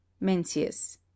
Mencius